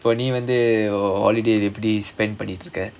இப்போ நீ வந்து:ippo nee vandhu holiday எப்படி:eppadi spend பண்ணிட்ருக்க:pannitrukka